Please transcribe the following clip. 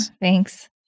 Thanks